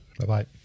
Bye-bye